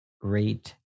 great